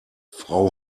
frau